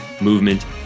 movement